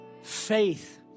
Faith